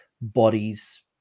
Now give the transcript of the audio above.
bodies